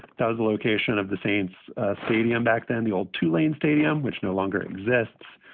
does the location of the saints stadium back then the old tulane stadium, which no longer exists?